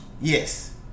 Yes